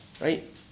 right